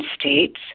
states